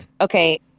Okay